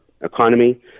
economy